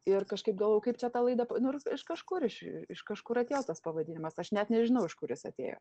ir kažkaip galvojau kaip čia tą laidą nu ir iš kažkur iš iš kažkur atėjo tas pavadinimas aš net nežinau iš kur jis atėjo